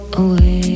away